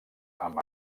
amb